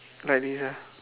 like this ah